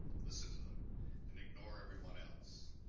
listen to them and ignore everyone else.